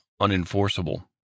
unenforceable